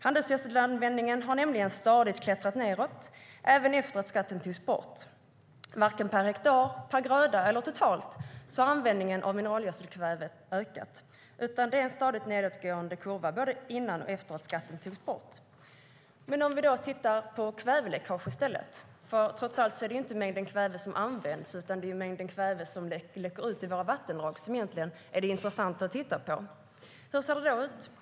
Handelsgödselanvändningen har stadigt gått ned, även efter det att skatten togs bort. Varken per hektar, per gröda eller totalt har användningen av mineralgödselkväve ökat, utan kurvan har varit stadigt nedåtgående, både före och efter det att skatten togs bort. Låt oss i stället titta på kväveläckaget, för det är trots allt inte mängden kväve som används utan mängden kväve som läcker ut i våra vattendrag som är det intressanta att titta på. Hur ser det ut?